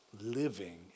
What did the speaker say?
living